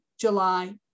July